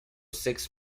six